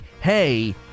hey